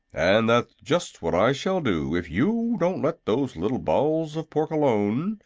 and that's just what i shall do if you don't let those little balls of pork alone,